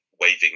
waving